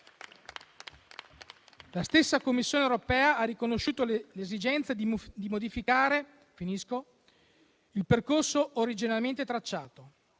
La stessa Commissione europea ha riconosciuto l'esigenza di modificare il percorso originariamente tracciato.